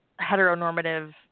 heteronormative